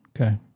Okay